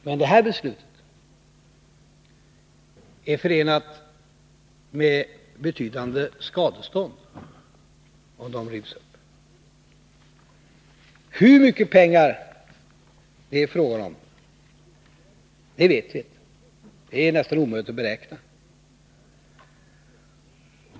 Men det beslut det nu gäller är förenat med betydande skadestånd, om det rivs upp. Hur mycket pengar det är fråga om, vet vi inte — det är nästan omöjligt att beräkna.